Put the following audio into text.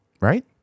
Right